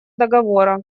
договора